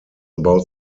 about